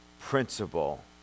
principle